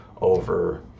over